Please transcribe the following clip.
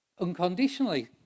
unconditionally